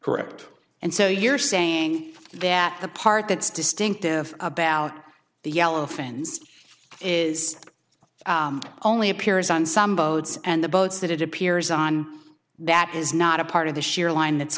correct and so you're saying that the part that's distinctive about the yellow fans is only appears on some boats and the boats that it appears on that is not a part of the share line that's